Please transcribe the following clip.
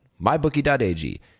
mybookie.ag